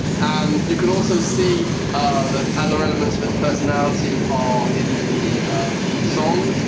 um you can also see that other elements of his personality are in the song.